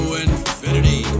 infinity